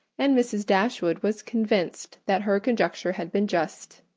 and mrs. dashwood was convinced that her conjecture had been just.